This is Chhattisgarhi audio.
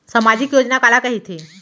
सामाजिक योजना काला कहिथे?